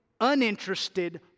uninterested